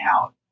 out